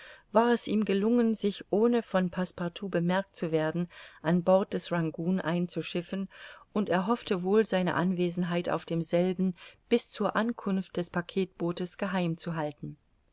war es ihm gelungen sich ohne von passepartout bemerkt zu werden an bord des rangoon einzuschiffen und er hoffte wohl seine anwesenheit auf demselben bis zur ankunft des packetbootes geheim zu